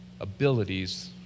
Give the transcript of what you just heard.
abilities